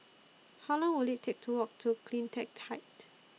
How Long Will IT Take to Walk to CleanTech Height